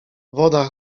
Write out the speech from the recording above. woda